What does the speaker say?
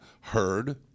heard